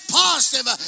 positive